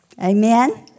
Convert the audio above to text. Amen